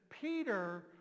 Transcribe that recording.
Peter